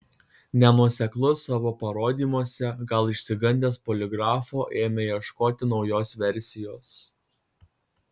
nenuoseklus savo parodymuose gal išsigandęs poligrafo ėmė ieškoti naujos versijos